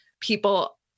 people